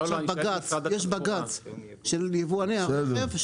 יש עכשיו בג"ץ של יבואני הרכב,